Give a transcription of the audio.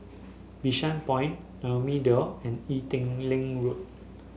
Bishan Point Naumi Liora and Ee Teow Leng Road